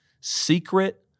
secret